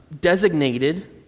designated